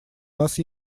нас